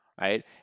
right